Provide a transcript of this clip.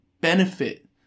benefit